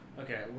Okay